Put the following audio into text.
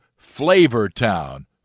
Flavortown